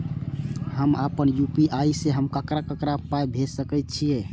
हम आपन यू.पी.आई से हम ककरा ककरा पाय भेज सकै छीयै?